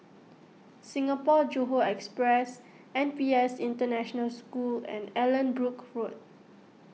Singapore Johore Express N P S International School and Allanbrooke Road